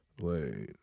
Wait